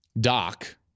Doc